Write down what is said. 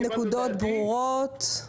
הנקודות ברורות.